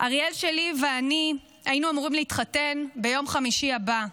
"אריאל שלי ואני היינו אמורים להתחתן ביום חמישי הבא.